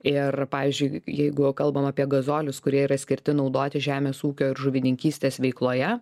ir pavyzdžiui jeigu kalbam apie gazolius kurie yra skirti naudoti žemės ūkio ir žuvininkystės veikloje